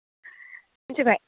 मिथिबाय